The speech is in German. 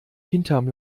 hinterm